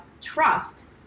trust